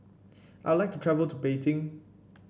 I'd like to travel to Beijing